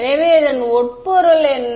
எனவே இதன் உட்பொருள் என்ன